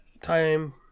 time